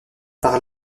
par